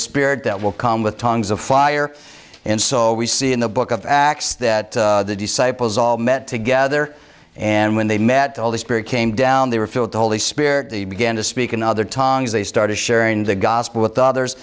spirit that will come with tongues of fire and so we see in the book of acts that the disciples all met together and when they met all the spirit came down they were filled the holy spirit they began to speak another tang's they started sharing the gospel with others